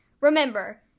Remember